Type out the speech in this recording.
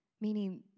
Meaning